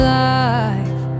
life